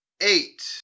eight